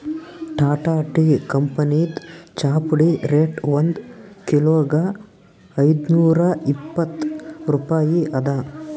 Tata tea ಕಂಪನಿದ್ ಚಾಪುಡಿ rate ಒಂದ್ ಕಿಲೋಗಾ ಐದ್ನೂರಾ ಇಪ್ಪತ್ತ್ ರೂಪಾಯಿ ಅದಾ